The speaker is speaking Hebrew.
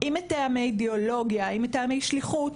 אם מטעמי אידיאולוגיה ואם מטעמי שליחות,